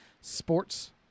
sports